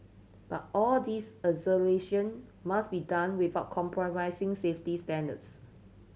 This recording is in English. but all this acceleration must be done without compromising safety standards